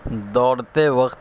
دوڑتے وقت